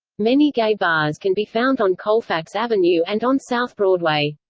many gay bars can be found on colfax avenue and on south broadway.